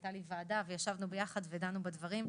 שהייתה לי ועדה, ישבנו ביחד ודנו בדברים.